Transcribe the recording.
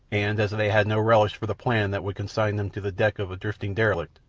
and as they had no relish for the plan that would consign them to the deck of a drifting derelict,